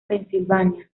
pensilvania